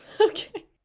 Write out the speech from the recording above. Okay